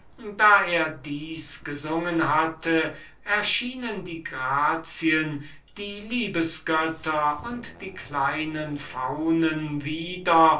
da er dieses gesungen hatte erschienen die grazien die liebesgötter und die kleinen faunen wieder